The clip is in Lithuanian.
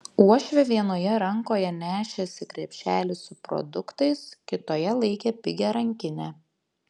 uošvė vienoje rankoje nešėsi krepšelį su produktais kitoje laikė pigią rankinę